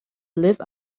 live